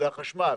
זה החשמל.